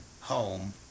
home